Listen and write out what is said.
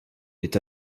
est